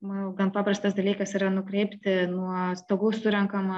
gan paprastas dalykas yra nukreipti nuo stogų surenkamą